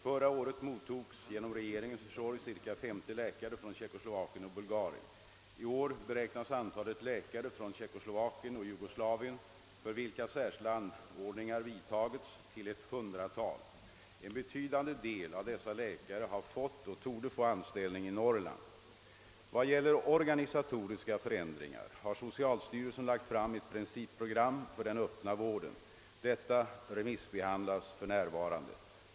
Förra året mottogs genom regeringens försorg cirka 50 läkare från Tjeckoslovakien och Bulgarien. I år beräknas antalet läkare från Tjeckoslovakien och Jugoslavien, för vilka särskilda anordningar vidtagits, till ett hundratal. En betydande del av dessa läkare har fått och torde få anställning i Norrland. Vad gäller organisatoriska förändringar har socialstyrelsen lagt fram ett principprogram för den öppna vården. Detta remissbehandlas för närvarande.